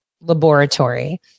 Laboratory